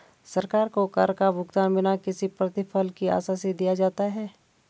सरकार को कर का भुगतान बिना किसी प्रतिफल की आशा से दिया जाता है